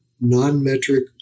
non-metric